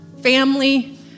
family